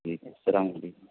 ٹھیک ہے السلام علیکم